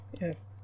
Yes